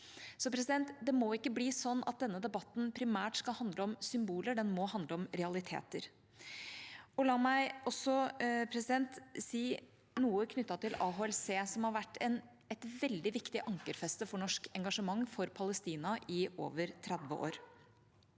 oss. Det må ikke bli sånn at denne debatten primært skal handle om symboler, den må handle om realiteter. La meg også si noe knyttet til AHLC, som har vært et veldig viktig ankerfeste for norsk engasjement for Palestina i over 30 år.